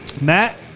Matt